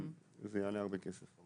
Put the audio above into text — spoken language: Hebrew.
אבל זה יעלה הרבה כסף.